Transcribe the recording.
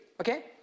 Okay